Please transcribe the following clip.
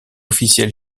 officielle